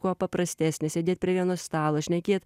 kuo paprastesnis sėdėt prie vieno stalo šnekėt